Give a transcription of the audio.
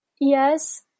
yes